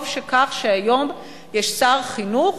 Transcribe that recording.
טוב שכך שהיום יש שר חינוך